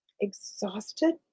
exhausted